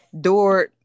door